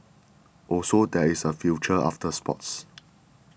also there is a future after sports